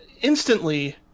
instantly